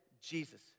Jesus